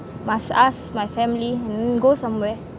must ask my family go somewhere